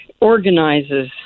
organizes